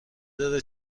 داره